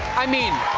i mean,